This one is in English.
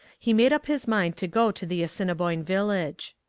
he made up his mind to go to the assiniboine village.